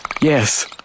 Yes